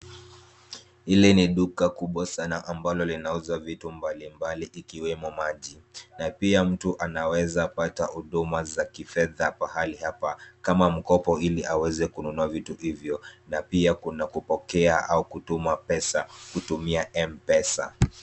Hili ni duka kubwa sana ambalo linauza vitu mbalimbali ikiwemo maji na pia mtu anawezapata huduma za kifedha pahali hapa kama mkopo ili aweze kununua vitu hivyo na pia kuna kupokea au kutuma pesa kutumia M-pesa.